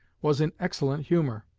was in excellent humor.